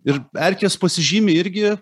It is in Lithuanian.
ir erkės pasižymi irgi